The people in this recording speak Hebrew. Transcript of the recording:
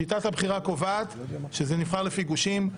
שיטת הבחירה קובעת שזה נבחר לפי גושים,